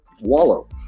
wallow